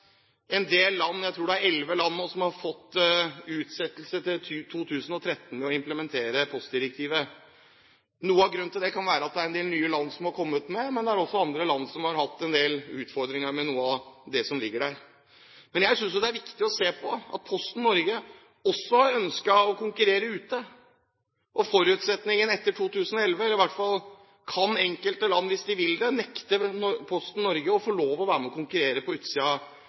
en del land – jeg tror det er elleve land – har fått utsettelse til 2013 med å implementere postdirektivet. Noe av grunnen til det kan være at det er en del nye land som er kommet med, men det er også land som har hatt en del utfordringer med noe av det som ligger der. Jeg synes det er viktig å se på at Posten Norge også har ønsket å konkurrere ute, men etter 2011 kan enkelte land hvis de vil det, nekte Posten Norge å være med og konkurrere i disse landene hvis Norge bruker reservasjonsretten eller velger å